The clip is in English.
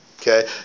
Okay